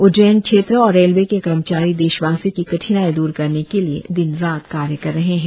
उड्डयन क्षेत्र और रेलवे के कर्मचारी देशवासियों की कठिनाई दूर करने के लिए दिन रात कार्य कर रहे हैं